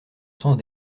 sens